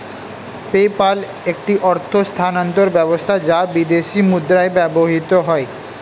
PayPal একটি অর্থ স্থানান্তর ব্যবস্থা যা বিদেশী মুদ্রায় ব্যবহৃত হয়